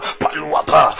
paluapa